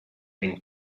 been